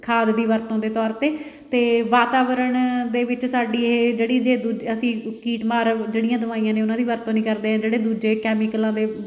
ਖਾਦ ਦੀ ਵਰਤੋਂ ਦੇ ਤੌਰ 'ਤੇ ਅਤੇ ਵਾਤਾਵਰਨ ਦੇ ਵਿੱਚ ਸਾਡੀ ਇਹ ਜਿਹੜੀ ਜੇ ਦੂਜਾ ਅਸੀਂ ਕੀਟਮਾਰ ਜਿਹੜੀਆਂ ਦਵਾਈਆਂ ਨੇ ਉਹਨਾਂ ਦੀ ਵਰਤੋਂ ਨਹੀਂ ਕਰਦੇ ਆ ਜਿਹੜੇ ਦੂਜੇ ਕੈਮੀਕਲਾਂ ਦੇ